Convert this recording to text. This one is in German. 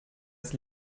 ist